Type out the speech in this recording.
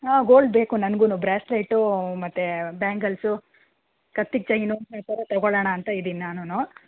ಹಾಂ ಗೋಲ್ಡ್ ಬೇಕು ನನ್ಗು ಬ್ರಾಸ್ಲೆಟ್ಟು ಮತ್ತು ಬ್ಯಾಂಗಲ್ಸು ಕತ್ತಿಗೆ ಚೈನು ಆ ಥರ ತಗೊಳ್ಳೋಣ ಅಂತ ಇದ್ದೀನಿ ನಾನೂ